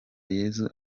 yesu